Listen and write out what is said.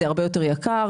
זה הרבה יותר יקר,